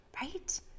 right